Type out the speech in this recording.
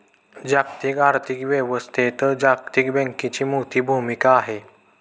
जागतिक आर्थिक व्यवस्थेत जागतिक बँकेची मोठी भूमिका आहे